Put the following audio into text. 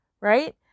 right